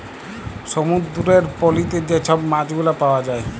সমুদ্দুরের পলিতে যে ছব মাছগুলা পাউয়া যায়